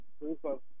group